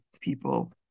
people